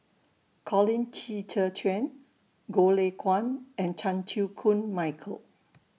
Colin Qi Zhe Quan Goh Lay Kuan and Chan Chew Koon Michael